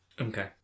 Okay